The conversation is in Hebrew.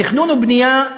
תכנון ובנייה,